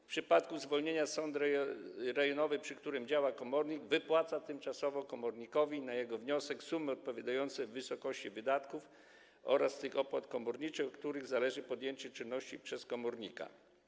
W przypadku zwolnienia sąd rejonowy, przy którym działa komornik, wypłaca tymczasowo komornikowi, na jego wniosek, sumy odpowiadające wysokości wydatków oraz tych opłat komorniczych, od których zależy podjęcie czynności przez komornika.